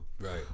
Right